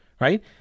right